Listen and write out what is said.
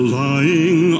lying